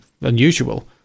unusual